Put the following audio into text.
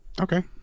Okay